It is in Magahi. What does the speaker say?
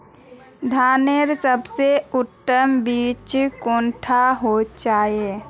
धानेर सबसे उत्तम बीज कुंडा होचए?